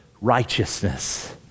righteousness